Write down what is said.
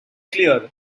clear